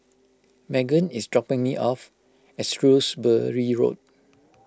Meggan is dropping me off at Shrewsbury Road